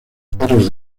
perros